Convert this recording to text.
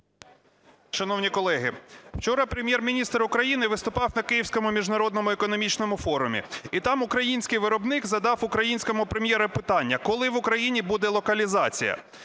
Шановні колеги, вчора Прем'єр-міністр України виступав на Київському міжнародному економічному форумі. І там український виробник задав українському Прем'єру питання "коли в Україні буде локалізація?".